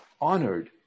honored